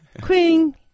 Queen